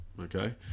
okay